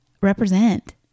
represent